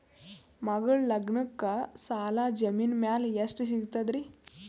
ಮಗಳ ಲಗ್ನಕ್ಕ ಸಾಲ ಜಮೀನ ಮ್ಯಾಲ ಎಷ್ಟ ಸಿಗ್ತದ್ರಿ?